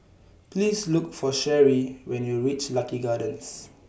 Please Look For Cherri when YOU REACH Lucky Gardens